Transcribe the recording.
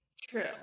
True